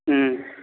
हुँ